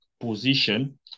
position